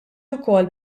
wkoll